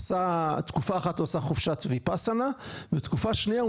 עשה תקופה אחת עשה חופשת ויפאסנה ותקופה שנייה הוא